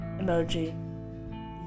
emoji